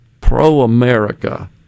pro-America